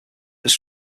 was